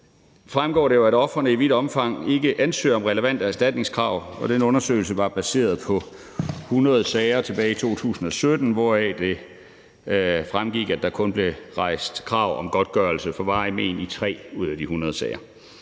fremgår det jo, at ofrene i vidt omfang ikke ansøger om relevante erstatningskrav, og den undersøgelse var baseret på 100 sager tilbage i 2017, hvoraf det fremgik, at der kun blev rejst krav om godtgørelse for varige mén i 3 ud af de 100 sager.